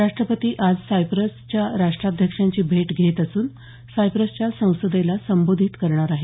राष्ट्रपती आज सायप्रसच्या राष्ट्राध्यक्षांची भेट घेणार असून सायप्रसच्या संसदेला संबोधित करणार आहेत